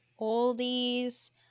oldies